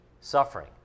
suffering